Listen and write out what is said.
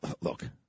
look